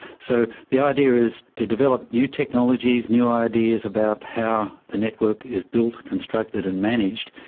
so the idea is to develop new technologies, new ideas about how the network is built, constructed and managed.